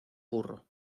burro